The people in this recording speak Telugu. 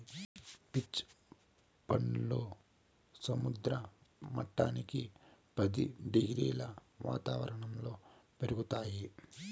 పీచ్ పండ్లు సముద్ర మట్టానికి పది డిగ్రీల వాతావరణంలో పెరుగుతాయి